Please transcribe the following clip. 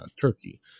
Turkey